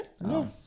No